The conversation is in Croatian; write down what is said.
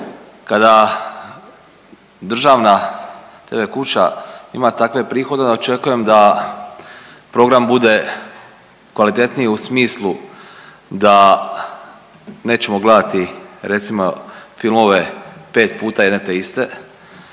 Kada državna kuća ima takve prihode onda očekujem da program bude kvalitetniji u smislu da nećemo gledati recimo filmove 5 puta jedne te iste,